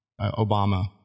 Obama